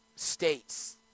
States